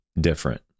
different